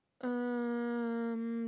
um